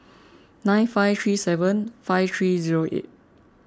nine five three seven five three zero eight